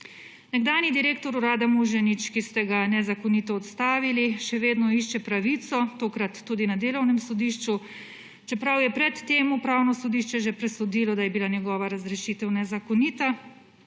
Nekdanji direktor urada Muženič, ki ste ga nezakonito odstavili, še vedno išče pravico, tokrat tudi na Delovnem sodišču, čeprav je pred tem Upravno sodišče presodilo, da je bila njegova razrešitev nezakonita,